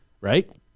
right